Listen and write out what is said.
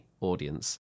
audience